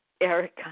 Erica